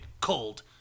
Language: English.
cold